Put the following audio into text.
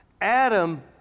Adam